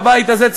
בבית הזה,